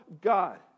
God